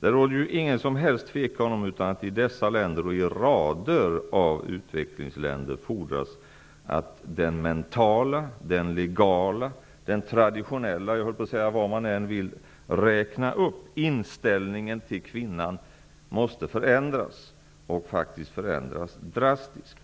Det råder ingen som helst tvekan om att det i dessa länder, och i rader av utvecklingsländer, fordras att den mentala, legala, traditionella -- och vad man än vill räkna upp, höll jag på att säga -- inställningen till kvinnan förändras, och förändras drastiskt.